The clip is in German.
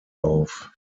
auf